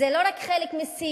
זה לא רק חלק משיח,